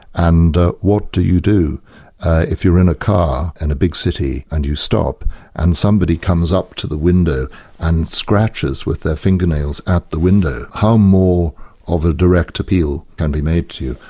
and what do you do if you're in a car in a big city and you stop and somebody comes up to the window and scratches with their fingernails at the window. how more of a direct appeal can be made to you?